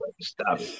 stop